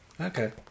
Okay